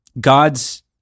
God's